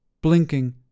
Blinking